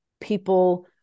people